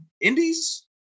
Indies